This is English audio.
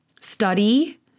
study